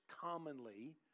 commonly